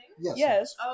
Yes